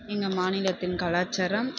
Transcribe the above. எங்கள் மாநிலத்தின் கலாச்சாரம்